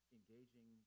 engaging